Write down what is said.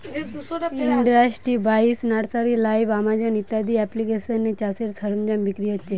industry বাইশ, nursery live, Amazon ইত্যাদি এপ্লিকেশানে চাষের সরঞ্জাম বিক্রি হচ্ছে